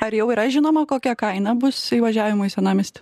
ar jau yra žinoma kokia kaina bus įvažiavimo į senamiestį